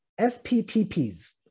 SPTPs